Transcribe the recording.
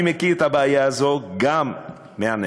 אני מכיר את הבעיה הזאת גם מהנגב.